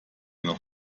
noch